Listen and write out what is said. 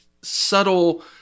subtle